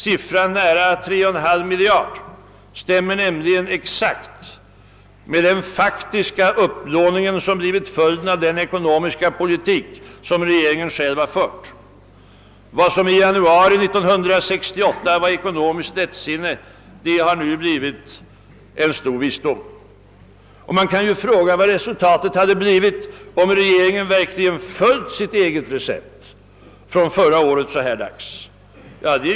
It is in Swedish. Siffran nära 3,5 miljarder stämmer nämligen exakt med den faktiska upplåning som blivit följden av den ekonomiska politik som regeringen själv har fört. Vad som i januari 1968 var ekonomiskt lättsinne har nu blivit en stor visdom. Man kan fråga vad resultatet hade varit om regeringen verkligen följt sitt eget recept från förra året så här dags.